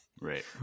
Right